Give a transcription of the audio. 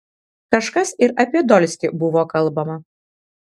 kažkas ir apie dolskį buvo kalbama